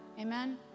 Amen